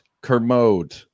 Kermode